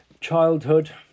childhood